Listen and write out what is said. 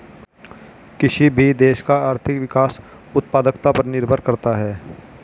किसी भी देश का आर्थिक विकास उत्पादकता पर निर्भर करता हैं